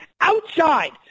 outside